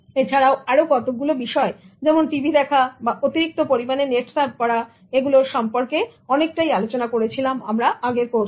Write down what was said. এছাড়াও আরো কতগুলো বিষয় যেমন টিভি দেখাও বা অতিরিক্ত পরিমাণে নেট সার্ফ করা এগুলো সম্পর্কে অনেকটাই আলোচনা করেছিলাম আমার আগের কোর্সে